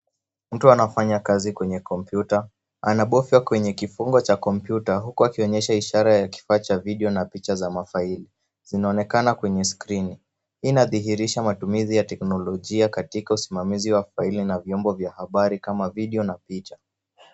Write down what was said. Mtu anafanya kazi kwenye kompyuta, anabofya kwenye kifungo cha kompyuta huku akionyesha ishara ya kifaa cha video na picha za mafaili zinaonekana kwenye screen. Hii inadhihirisha matumizi ya teknolojia katika usimamizi wa faili na vyombo vya habari kama video na picha.